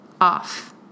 Off